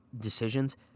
decisions